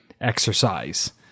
exercise